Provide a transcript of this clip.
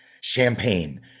champagne